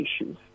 issues